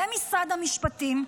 במשרד המשפטים,